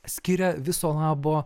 skiria viso labo